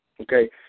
okay